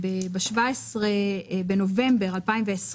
ב-17 בנובמבר 2020,